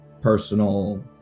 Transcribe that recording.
personal